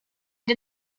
did